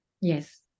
yes